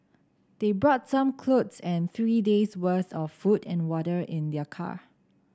they brought some clothes and three days worth of food and water in their car